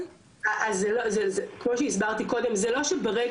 זה לא שברגע שהגיע מועד מסוים של שנתיים